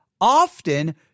often